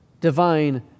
divine